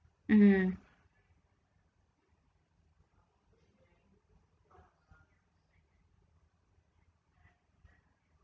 mm